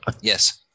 Yes